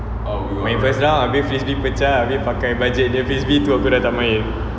main first round abeh frisbee pecah abeh pakai budget punya frisbee tu aku dah tak main